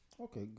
Okay